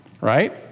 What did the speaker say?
right